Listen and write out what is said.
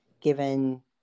given